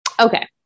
Okay